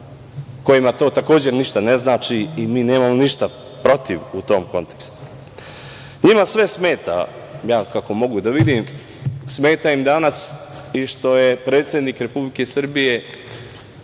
kojima to takođe, ništa ne znači i mi nemamo ništa protiv u tom kontekstu. Njima sve smeta, ja kako mogu da vidim, smeta im danas i što je predsednik Republike Srbije